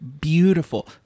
Beautiful